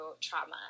trauma